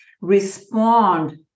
respond